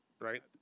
right